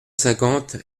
cinquante